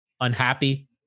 unhappy